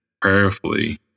prayerfully